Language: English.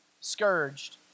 scourged